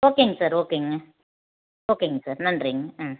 ஓகேங்க சார் ஓகேங்க ஓகேங்க சார் நன்றிங்க ஆ